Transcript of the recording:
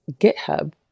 GitHub